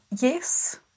yes